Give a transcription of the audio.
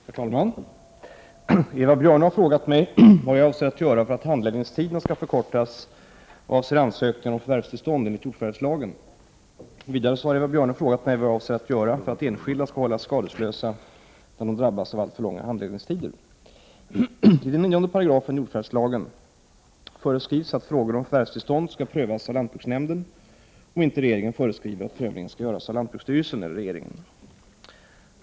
Herr talman! Eva Björne har frågat mig vad jag avser att göra för att handläggningstiderna skall förkortas vad avser ansökningar om förvärvstillstånd enligt jordförvärvslagen. Vidare har Eva Björne frågat mig vad jag avser att göra för att enskilda skall hållas skadeslösa när de drabbas av alltför långa handläggningstider. I 9 8 jordförvärvslagen föreskrivs att frågor om förvärvstillstånd skall prövas av lantbruksnämnden, om inte regeringen föreskriver att prövningen skall göras av lantbruksstyrelsen eller regeringen.